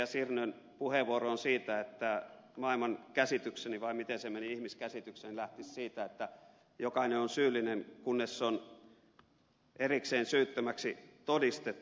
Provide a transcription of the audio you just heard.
sirnön puheenvuoroon siitä että maailmankäsitykseni vai miten se meni ihmiskäsitykseni lähtisi siitä että jokainen on syyllinen kunnes on erikseen syyttömäksi todistettu